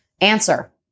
Answer